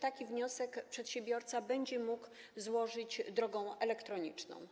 taki wniosek przedsiębiorca będzie mógł złożyć drogą elektroniczną?